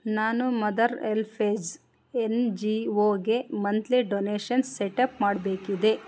ನಾನು mother help age N G ವೋಗೆ monthly donation set up ಮಾಡಬೇಕಿದೆ